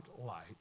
light